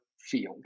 field